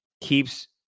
keeps